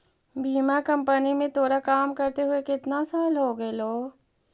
बीमा कंपनी में तोरा काम करते हुए केतना साल हो गेलो